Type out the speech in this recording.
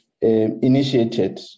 initiated